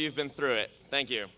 you've been through it thank you